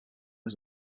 was